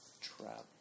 trap